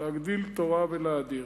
להגדיל תורה ולהאדיר.